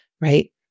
right